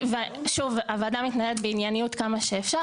הוועדה מתנהלת בענייניות כמה שאפשר.